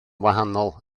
wahanol